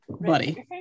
buddy